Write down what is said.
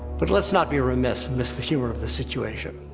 but let's not be remiss, and miss the humor of the situation.